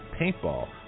paintball